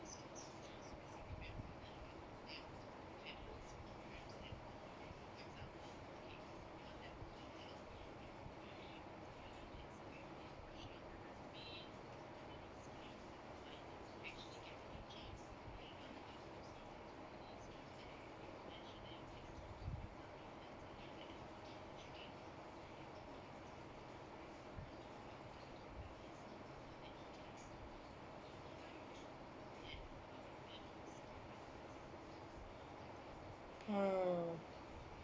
uh